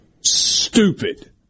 stupid